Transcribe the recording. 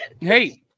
hey